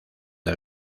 del